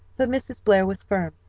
but mrs. blair was firm,